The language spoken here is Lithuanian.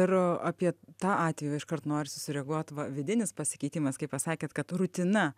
ir apie tą atvejį iškart norisi sureaguot va vidinis pasikeitimas kaip pasakėt kad rutina